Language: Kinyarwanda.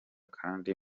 kandi